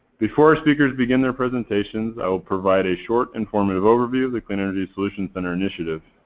before our speakers begin their presentations i will provide a short, informative overview of the clean energy solutions center initiative,